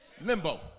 limbo